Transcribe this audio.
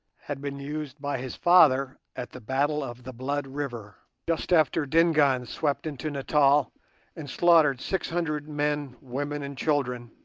had been used by his father at the battle of the blood river, just after dingaan swept into natal and slaughtered six hundred men, women, and children,